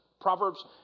Proverbs